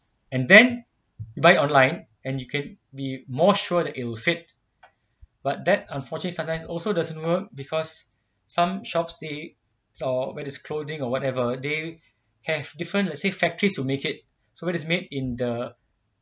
and then buy it online and you can be more sure that it'll fit but that unfortunate sometimes also doesn't work because some shops still or whether is clothing or whatever they have different let say factories to make it so it is made in the